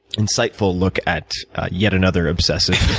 insightful look at yet another obsessive.